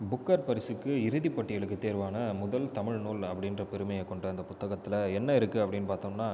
Booker பரிசுக்கு இறுதி பட்டியலுக்கு தேர்வான முதல் தமிழ் நூல் அப்படின்ற பெருமையை கொண்ட அந்த புத்தகத்தில் என்ன இருக்குது அப்படின்னு பார்த்தோம்னா